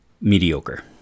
mediocre